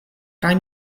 kaj